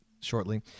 shortly